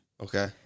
okay